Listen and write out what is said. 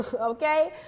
Okay